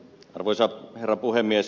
arvoisa herra puhemies